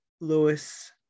Lewis